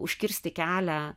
užkirsti kelią